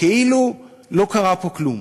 כאילו לא קרה פה כלום.